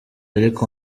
ariko